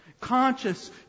conscious